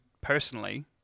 personally